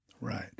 Right